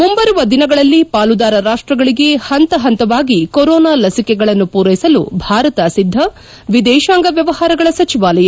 ಮುಂಬರುವ ದಿನಗಳಲ್ಲಿ ಪಾಲುದಾರ ರಾಷ್ಷಗಳಿಗೆ ಪಂತ ಪಂತವಾಗಿ ಕೊರೊನಾ ಲಸಿಕೆಗಳನ್ನು ಮೂರೈಸಲು ಭಾರತ ಸಿದ್ದ ವಿದೇಶಾಂಗ ವ್ಯವಹಾರಗಳ ಸಚಿವಾಲಯ